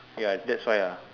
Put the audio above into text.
ya that's why ah